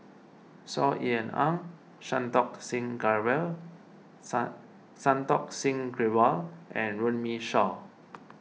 Saw Ean Ang Santokh Singh Grewal Santokh Singh Grewal and Runme Shaw